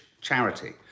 charity